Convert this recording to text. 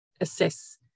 assess